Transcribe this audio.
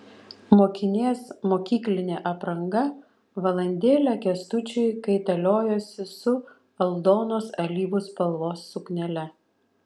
mokinės mokyklinė apranga valandėlę kęstučiui kaitaliojosi su aldonos alyvų spalvos suknele